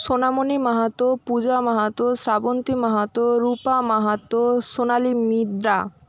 Sonamoni Mahato Puja Mahato Shrabanti Mahato Rupa Mahato Sonali Midda